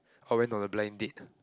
oh I went on a blind date